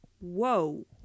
whoa